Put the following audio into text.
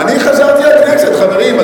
אני חזרתי לכנסת, חברים.